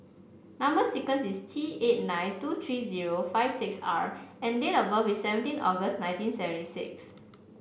number sequence is T eight nine two three zero five six R and date of birth is seventeen August nineteen seventy six